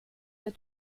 der